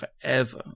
forever